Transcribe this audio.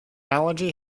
allergy